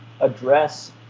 address